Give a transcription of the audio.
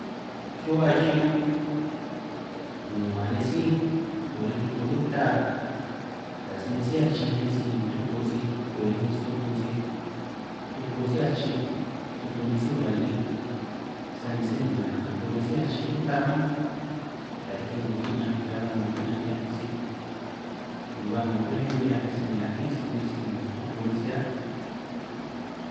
Chuhua chiñun' ni man nej sí kurij tuku luta ta si sí achij bin nej sij ni tuku sij kurij nej sij tuku nej sij, tuku sí achij tuku nej ba lij sani se niganj tuku nej sí achij luta mánj, ta riki 'ngo ki'ñanj hiaj ba 'ngo ki'ñanj 'hiaj nej ni ba 'ngo premion 'hiaj nej ni akín nej sij stukui' ni tuku nej sij áj.